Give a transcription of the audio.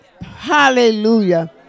Hallelujah